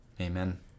Amen